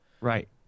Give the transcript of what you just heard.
Right